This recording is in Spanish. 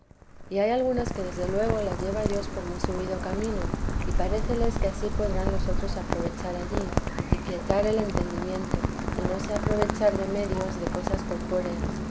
y hay algunas que desde luego las lleva dios por muy subido camino y paréceles que ansí podrán los otros aprovechar allí y quietar el entendimiento y no se aprovechar de medios de cosas corpóreas